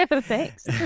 Thanks